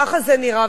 ככה זה נראה,